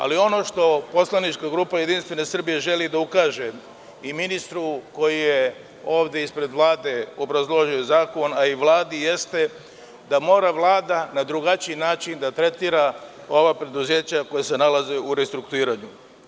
Ali, ono što poslanička grupa JS želi da ukaže i ministru koji je ovde ispred Vlade obrazložio zakon, a i Vladi, jeste da mora Vlada na drugačiji način da tretira ova preduzeća koja se nalaze u restrukturiranju.